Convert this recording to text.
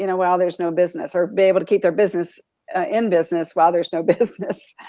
you know while there's no business or be able to keep their business ah in business, while there's no business.